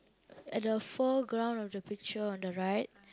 at the foreground of the picture on the right